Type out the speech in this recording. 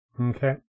Okay